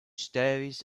stories